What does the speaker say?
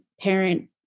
parent